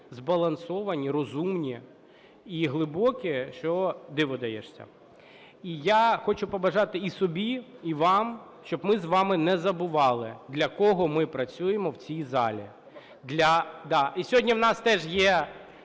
збалансовані, розумні і глибокі, що диву даєшся. І я хочу побажати і собі, і вам, щоб ми з вами не забували, для кого ми працюємо в цій залі, для... І сьогодні у нас теж є